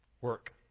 Work